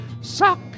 suck